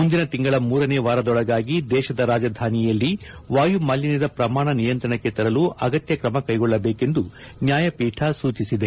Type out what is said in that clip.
ಮುಂದಿನ ತಿಂಗಳ ಮೂರನೇ ವಾರದೊಳಗಾಗಿ ದೇಶದ ರಾಜಧಾನಿಯಲ್ಲಿ ವಾಯುಮಾಲಿನ್ಲದ ಪ್ರಮಾಣ ನಿಯಂತ್ರಣಕ್ಕೆ ತರಲು ಅಗತ್ಯ ಕ್ರಮಕೈಗೊಳ್ಳಬೇಕೆಂದು ನ್ವಾಯಪೀಠ ಸೂಚಿಸಿದೆ